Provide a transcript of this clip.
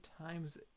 times